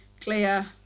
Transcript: clear